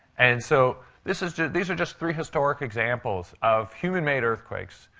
and so this is these are just three historic examples of human-made earthquakes.